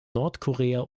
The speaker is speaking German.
nordkorea